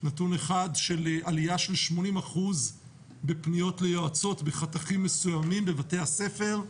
נתון אחד של עלייה של 80% בפניות ליועצות בחתכים מסוימים בבתי הספר,